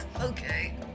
Okay